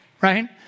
right